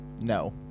No